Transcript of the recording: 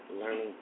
Learning